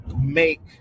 make